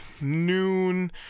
noon